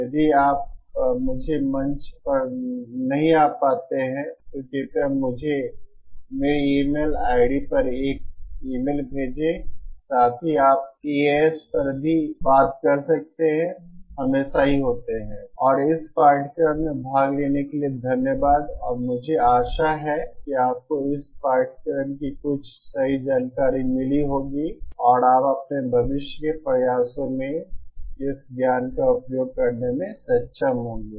यदि आप मुझे मंच पर नहीं आ पाते हैं तो कृपया मुझे मेरी ईमेल आईडी पर एक ईमेल भेजें साथ ही आप TAs पर भी बात कर सकते हैं हमेशा ही होते हैं और इस पाठ्यक्रम में भाग लेने के लिए धन्यवाद और मुझे आशा है कि आपको इस पाठ्यक्रम की कुछ सही जानकारी मिली होगी और आप अपने भविष्य के प्रयासों में इस ज्ञान का उपयोग करने में सक्षम होंगे